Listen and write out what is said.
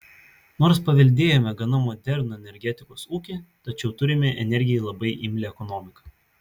nors paveldėjome gana modernų energetikos ūkį tačiau turime energijai labai imlią ekonomiką